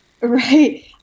Right